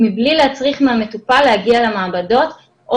מבלי להצריך מהמטופל להגיע למעבדות או